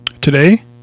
today